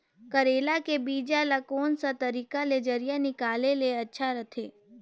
करेला के बीजा ला कोन सा तरीका ले जरिया निकाले ले अच्छा रथे?